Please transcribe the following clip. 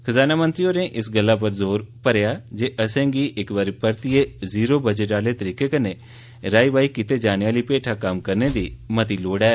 खजाना मंत्री होरें इस गल्ला उप्पर जोर भरेआ जे असेंगी इक बारी भरतिये जीरो बजट आहले तरीके कन्नै राहई बाहई कीते जाने आहली भेठा कम्म करने दी लोड़ ऐ